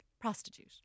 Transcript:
prostitute